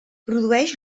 produeix